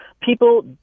people